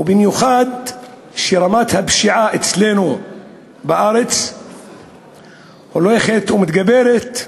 במיוחד כשרמת הפשיעה אצלנו בארץ הולכת ומתגברת,